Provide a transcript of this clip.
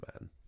Man